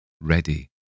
ready